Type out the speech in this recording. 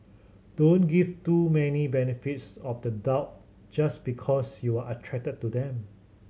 don't give too many benefits of the doubt just because you're attracted to them